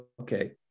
Okay